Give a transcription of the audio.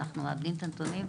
אנחנו מעבדים את הנתונים,